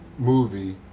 movie